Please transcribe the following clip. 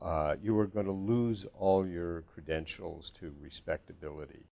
x you are going to lose all your credentials to respectability